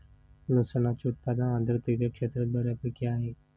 लसणाचे उत्पादन आर्द्रतेच्या क्षेत्रात बऱ्यापैकी आहे